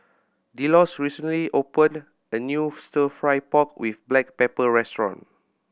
Delos recently opened a new Stir Fry pork with black pepper restaurant